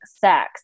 sex